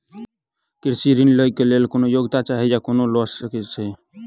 कृषि ऋण लय केँ लेल कोनों योग्यता चाहि की कोनो लय सकै है?